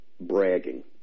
bragging